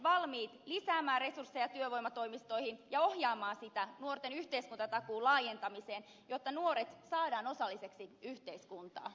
oletteko siis valmiit lisäämään resursseja työvoimatoimistoihin ja ohjaamaan sitä nuorten yhteiskuntatakuun laajentamiseen jotta nuoret saadaan osalliseksi yhteiskuntaan